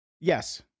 Yes